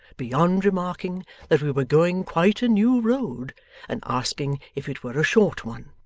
beyond remarking that we were going quite a new road and asking if it were a short one.